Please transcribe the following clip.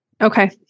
Okay